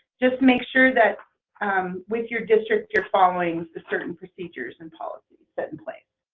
just make sure that with your district, you're following the certain procedures and policies, set in place.